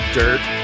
dirt